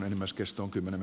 olkaa hyvä